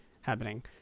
happening